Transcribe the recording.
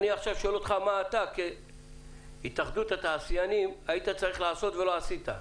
אני שואל עכשיו אותך כהתאחדות התעשיינים היית צריך לעשות ולא עשית.